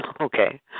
Okay